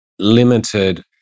limited